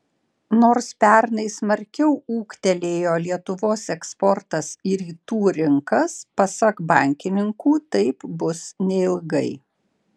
nors pernai smarkiau ūgtelėjo lietuvos eksportas į rytų rinkas pasak bankininkų taip bus neilgai